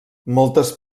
moltes